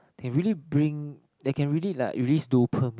they really bring that can really like release dopamine